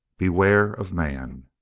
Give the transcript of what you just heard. beware of man!